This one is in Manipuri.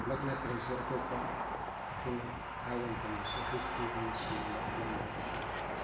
ꯃꯛ ꯅꯠꯇ꯭ꯔꯁꯨ ꯑꯇꯣꯞꯄ ꯑꯩꯈꯣꯏꯅ ꯊꯥꯕ ꯃꯇꯝꯗꯁꯨ ꯍꯩꯆ ꯗꯤꯒꯨꯝꯅ ꯁꯦꯡꯕ ꯑꯗꯨꯒꯨꯝꯕ